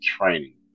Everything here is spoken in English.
training